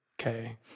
Okay